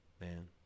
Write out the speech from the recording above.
man